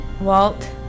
Walt